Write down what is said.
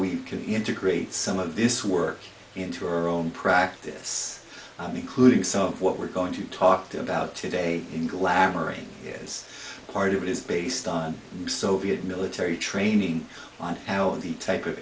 we can integrate some of this work into our own practice including so what we're going to talked about today in collaboration is part of it is based on soviet military training on how the type of